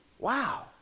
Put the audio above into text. Wow